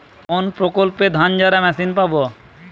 কোনপ্রকল্পে ধানঝাড়া মেশিন পাব?